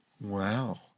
Wow